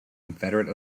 confederate